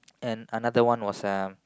and another one was um